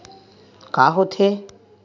का होथे?